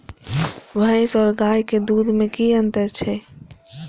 भैस और गाय के दूध में कि अंतर छै?